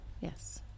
Yes